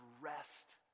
rest